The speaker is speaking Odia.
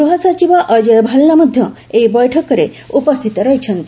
ଗୃହସଚିବ ଅକ୍ଷୟ ଭାଲା ମଧ୍ୟ ଏହି ବୈଠକରେ ଉପସ୍ଥିତ ଅଛନ୍ତି